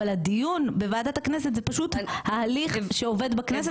אבל הדיון בוועדת הכנסת זה פשוט ההליך שעובד בכנסת